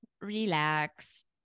relax